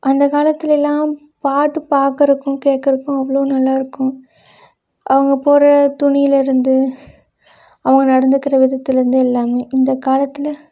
அந்தக் காலத்துலெல்லாம் பாட்டு பார்க்கறக்கும் கேட்கறக்கும் அவ்வளோ நல்லா இருக்கும் அவங்க போடுற துணியிலேருந்து அவங்க நடந்துக்கிற விதத்திலேருந்து எல்லாமே இந்தக் காலத்தில்